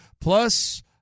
plus